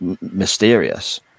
mysterious